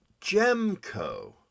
Gemco